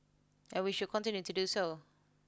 and we should continue to do so